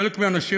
חלק מהאנשים,